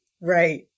Right